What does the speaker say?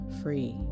free